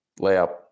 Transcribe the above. Layup